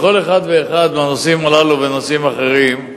בכל אחד ואחד מהנושאים הללו, ובנושאים אחרים,